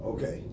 Okay